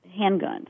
handguns